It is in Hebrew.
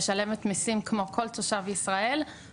אני משלמת מיסים כמו כל תושב ישראל,